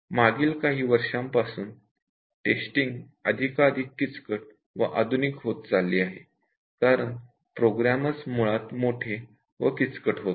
मागील काही वर्षांपासून टेस्टिंग अधिकाधिक किचकट व आधुनिक होत चालले आहे कारण प्रोग्राम मुळात मोठे व किचकट होत आहेत